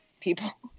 people